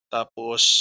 Tapos